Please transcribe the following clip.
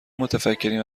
متفکرین